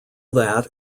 that